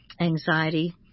anxiety